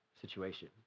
situation